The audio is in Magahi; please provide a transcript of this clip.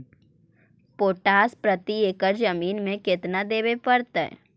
पोटास प्रति एकड़ जमीन में केतना देबे पड़तै?